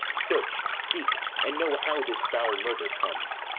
search, seek, and know how this foul murder comes.